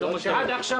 שעד עכשיו,